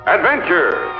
Adventure